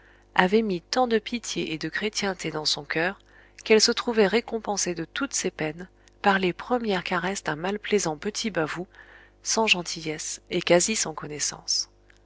avait mis tant de pitié et de chrétienté dans son coeur qu'elle se trouvait récompensée de toutes ses peines par les premières caresses d'un malplaisant petit bavoux sans gentillesse et quasi sans connaissance